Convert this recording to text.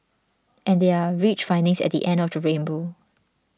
and there are rich findings at the end of the rainbow